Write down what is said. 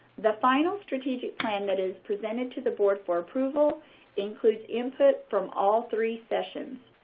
the final strategic plan that is presented to the board for approval includes input from all three sessions.